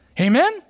Amen